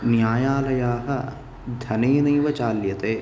न्यायालयाः धनेनैव चाल्यते